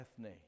ethne